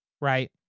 Right